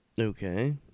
Okay